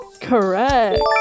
correct